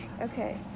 Okay